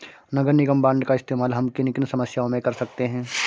नगर निगम बॉन्ड का इस्तेमाल हम किन किन समस्याओं में कर सकते हैं?